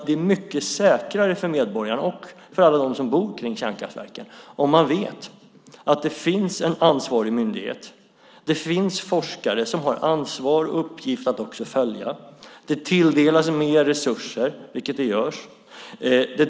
Det är mycket säkrare för medborgarna, för alla dem som bor kring kärnkraftverken, om de vet att det finns en ansvarig myndighet, att det finns forskare som har ansvar och till uppgift att följa frågan, samt att det tilldelas mer resurser, vilket också sker.